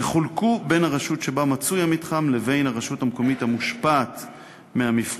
יחולקו בין הרשות שבה מצוי המתחם לבין הרשות המקומית המושפעת מהמפגע,